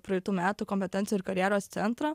praeitų metų kompetencijų ir karjeros centro